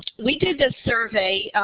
we did this survey.